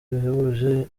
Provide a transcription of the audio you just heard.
bihebuje